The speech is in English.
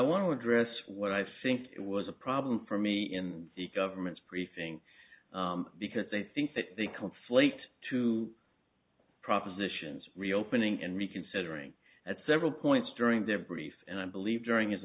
want to address what i think it was a problem for me in the government's briefing because they think that they conflate two propositions reopening and reconsidering at several points during their brief and i believe during his